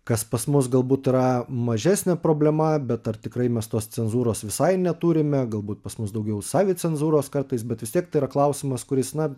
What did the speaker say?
kas pas mus galbūt yra mažesnė problema bet ar tikrai mes tos cenzūros visai neturime galbūt pas mus daugiau savicenzūros kartais bet vis tiek tai yra klausimas kuris na